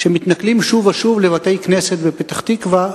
שמתנכלים שוב ושוב לבתי-כנסת בפתח-תקווה,